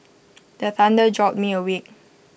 the thunder jolt me awake